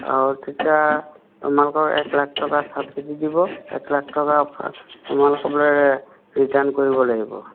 আৰু তেতিয়া তোমালোকৰ এক লাখ টকা ছাবচিডি দিব এক লাখ টকা অফাৰ তোমালোকৰ বোলে ৰিটাৰ্ণ কৰিব লাগিব